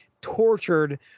tortured